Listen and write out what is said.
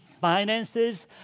finances